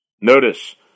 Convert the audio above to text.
Notice